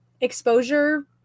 exposure